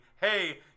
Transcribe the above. hey